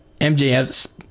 mjf's